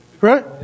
Right